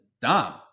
Dom